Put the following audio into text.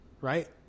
right